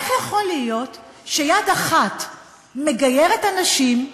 איך יכול להיות שיד אחת מגיירת אנשים,